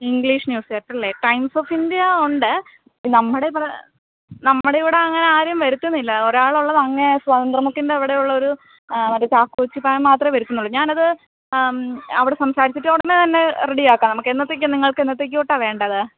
English news paper അല്ലേ Times of India ഉണ്ട് നമ്മുടെ ഇവിടെ നമ്മുടെ ഇവിടെ ഇങ്ങനെ ആരും വരുത്തുന്നില്ല ഒരാൾ ഉള്ളത് അങ്ങേ സ്വതന്ത്ര മുക്കിൻ്റെ അവിടെയുള്ള ഒരു മറ്റേ ചാക്കോച്ചി അച്ചായൻ മാത്രമേ വരുത്തുന്നുള്ളു ഞാൻ അത് അവിടെ സംസാരിച്ചിട്ട് ഉടനെത്തന്നെ റെഡി ആക്കാം എന്നത്തേക്കാണ് നിങ്ങൾക്ക് എന്നത്തേക്ക് തൊട്ടാണ് വേണ്ടത്